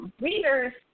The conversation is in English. readers